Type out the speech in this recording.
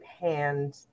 hand